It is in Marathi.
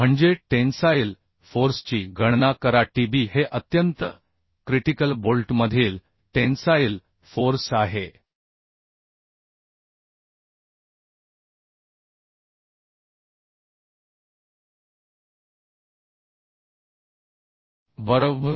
म्हणजे टेन्साइल फोर्सची गणना करा Tb हे अत्यंत क्रिटिकल बोल्टमधील टेन्साइल फोर्स आहे बरोबर